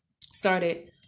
started